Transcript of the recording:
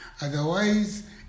otherwise